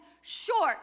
short